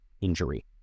injury